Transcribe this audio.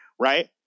Right